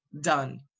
done